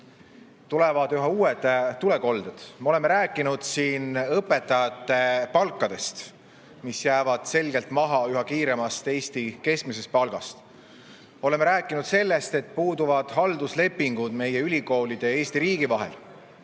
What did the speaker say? Tulevad üha uued tulekolded. Me oleme rääkinud siin õpetajate palkadest, mis jäävad selgelt maha üha kiiremini kasvavast Eesti keskmisest palgast. Oleme rääkinud sellest, et puuduvad halduslepingud meie ülikoolide ja Eesti riigi vahel.